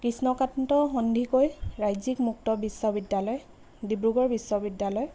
কৃষ্ণকান্ত সন্দিকৈ ৰাজ্যিক মুক্ত বিশ্ববিদ্যালয় ডিব্ৰুগড় বিশ্ববিদ্যালয়